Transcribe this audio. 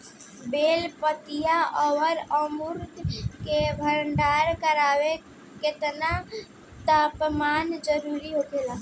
बेल पपीता और अमरुद के भंडारण करेला केतना तापमान जरुरी होला?